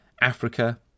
Africa